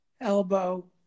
elbow